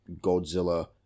Godzilla